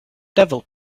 devil